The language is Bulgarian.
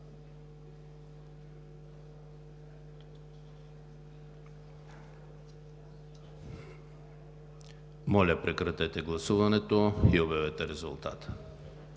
Прекратете гласуването и обявете резултата.